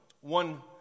one